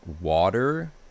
water